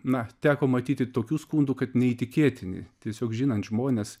na teko matyti tokių skundų kad neįtikėtini tiesiog žinant žmones